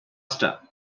star